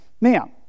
Now